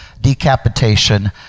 decapitation